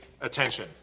attention